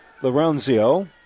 Lorenzio